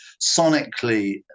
sonically